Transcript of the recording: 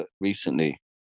recently